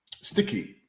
sticky